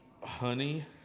Honey